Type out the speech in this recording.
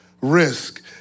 Risk